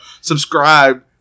Subscribe